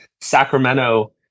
Sacramento